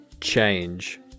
Change